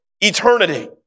eternity